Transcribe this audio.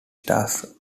stars